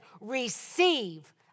receive